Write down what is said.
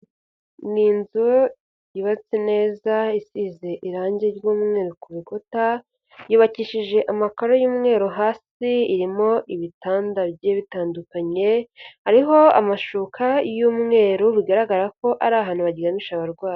Ni inzu yubatse neza isize irangi ry'umweru ku bikuta, yubakishije amakaro y'umweru hasi, irimo ibitanda bigiye bitandukanye, hariho amashuka y'umweru bigaragara ko ari ahantu baryamisha abarwayi.